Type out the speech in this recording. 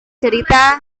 cerita